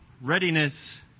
readiness